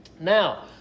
now